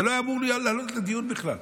זה לא היה אמור לעלות לדיון בכלל.